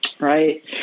Right